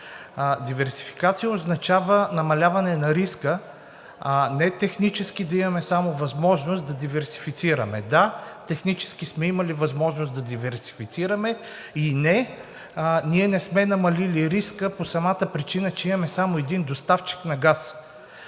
Диверсификация означава намаляване на риска, а не технически да имаме само възможност да диверсифицираме – да, технически сме имали възможност да диверсифицираме, и не, ние не сме намалили риска по самата причина, че имаме само един доставчик на газ.